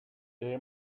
they